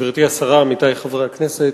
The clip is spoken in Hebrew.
תודה רבה, גברתי השרה, עמיתי חברי הכנסת,